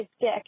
dick